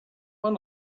man